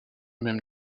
même